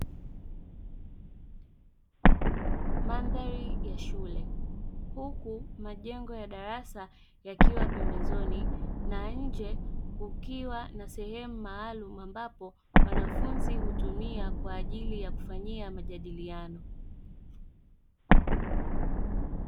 Mandhari ya shule, huku majengo ya darasa yakiwa pembezoni na nje kukiwa na sehemu maalumu ambapo wanafunzi hutumia kwa ajili ya kufanyia majadiliano.